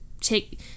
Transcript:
take